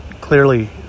clearly